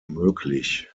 möglich